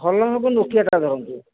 ଭଲ ମୋବାଇଲ୍ ନୋକିଆଟା ଧରନ୍ତୁ